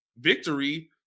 victory